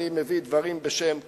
אני מביא דברים בשם כותבם,